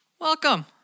Welcome